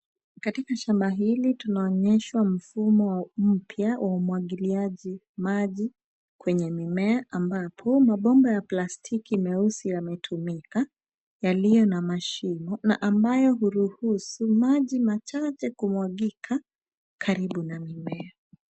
Katika shamba hili tunaonyeshwa mfumo mpya wa umwagiliaji kwenye mimea ambapo mabomba ya plastiki meusi yametumika, yaliyo na mashine na ambayo huruhusu maji machache kumwagika karibu na mimea.